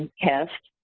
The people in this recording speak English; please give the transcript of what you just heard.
and test,